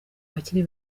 bakiri